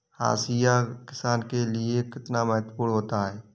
हाशिया किसान के लिए कितना महत्वपूर्ण होता है?